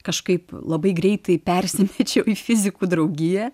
kažkaip labai greitai persimečiau į fizikų draugiją